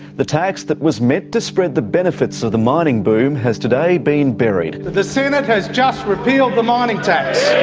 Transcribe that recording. the tax that was meant to spread the benefits of the mining boom has today been buried. the senate has just repealed the mining tax.